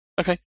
okay